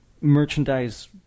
merchandise